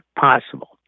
possible